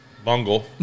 Bungle